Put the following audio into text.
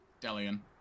Delian